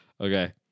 okay